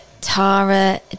Tara